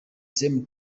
same